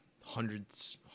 hundreds